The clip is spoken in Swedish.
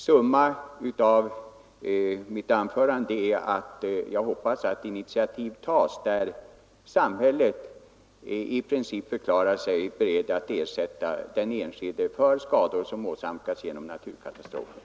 Summan av mitt anförande är att jag hoppas att initiativ tas där samhället förklarar sig berett att ersätta den enskilde för skador som åsamkats genom naturkatastrofer.